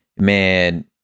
man